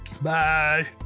Bye